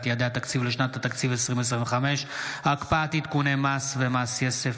יעדי התקציב לשנות התקציב 2025) (הקפאת עדכוני מס ומס יסף),